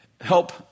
help